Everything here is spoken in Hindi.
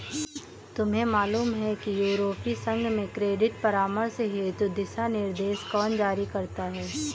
तुम्हें मालूम है कि यूरोपीय संघ में क्रेडिट परामर्श हेतु दिशानिर्देश कौन जारी करता है?